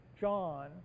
John